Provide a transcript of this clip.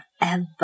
forever